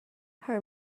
her